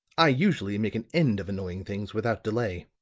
i usually make an end of annoying things without delay.